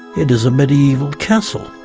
it is a medieval castle.